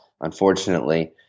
unfortunately